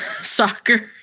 soccer